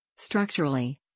Structurally